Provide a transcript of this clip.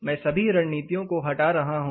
मैं सभी रणनीतियों को हटा रहा हूं